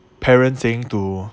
parent saying to